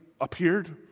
appeared